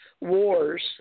wars